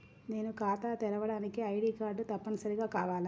నేను ఖాతా తెరవడానికి ఐ.డీ కార్డు తప్పనిసారిగా కావాలా?